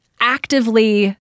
actively